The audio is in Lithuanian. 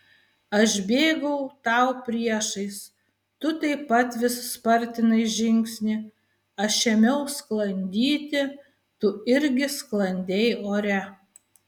aš bėgau tau priešais tu taip pat vis spartinai žingsnį aš ėmiau sklandyti tu irgi sklandei ore